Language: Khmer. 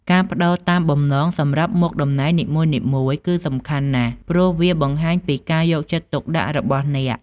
ការប្ដូរតាមបំណងសម្រាប់មុខតំណែងនីមួយៗគឺសំខាន់ណាស់ ព្រោះវាបង្ហាញពីការយកចិត្តទុកដាក់របស់អ្នក។